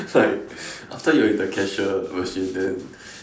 right after you are in the cashier machine then